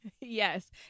Yes